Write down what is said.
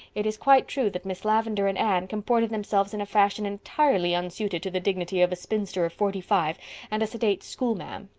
it is quite true that miss lavendar and anne comported themselves in a fashion entirely unsuited to the dignity of a spinster of forty-five and a sedate schoolma'am.